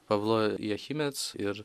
pavlo jechimec ir